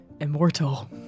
immortal